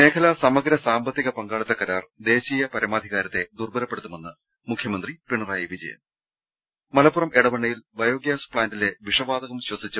മേഖലാ സമഗ്ര സാമ്പത്തിക പങ്കാളിത്ത കരാർ ദേശീയ പരമാധികാ രത്തെ ദുർബലപ്പെടുത്തുമെന്ന് മുഖ്യമന്ത്രി പിണറായി വിജയൻ മലപ്പുറം എടവണ്ണയിൽ ബയോഗ്യാസ് പ്ലാന്റിലെ വിഷവാതകം ശ്വസിച്ച്